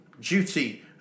duty